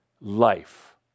life